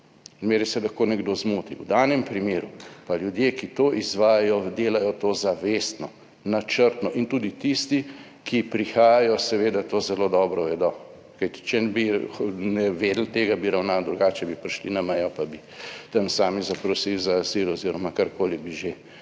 zmeraj se lahko nekdo zmoti, v danem primeru pa ljudje, ki to izvajajo, delajo to zavestno, načrtno in tudi tisti, ki prihajajo, seveda, to zelo dobro vedo, kajti če ne bi vedeli tega, bi ravnali drugače, bi prišli na mejo, pa bi tam sami zaprosili za azil oziroma karkoli bi že